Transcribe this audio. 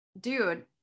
dude